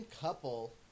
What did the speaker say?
Couple